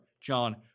John